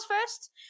first